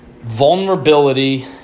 Vulnerability